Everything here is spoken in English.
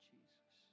Jesus